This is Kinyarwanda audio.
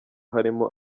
harimo